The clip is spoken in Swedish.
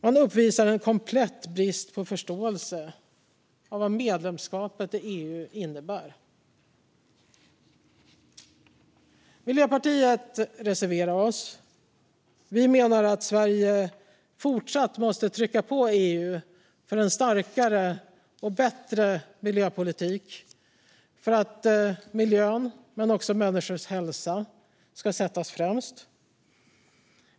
Man uppvisar en komplett brist på förståelse för vad medlemskapet i EU innebär. Vi från Miljöpartiet reserverar oss. Vi menar att Sverige fortsatt måste trycka på i EU för en starkare och bättre miljöpolitik och för att miljön och människors hälsa ska sättas främst.